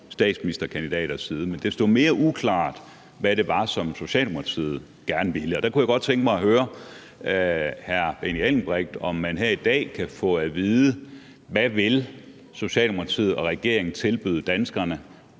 statsministerkandidaters side. Men det stod mere uklart, hvad det var, som Socialdemokratiet gerne ville, og der kunne jeg godt tænke mig at høre hr. Benny Engelbrecht, om man her i dag kan få at vide, hvad Socialdemokratiet og regeringen vil tilbyde danskerne